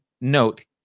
note